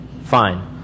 fine